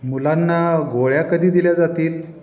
मुलांना गोळ्या कधी दिल्या जातील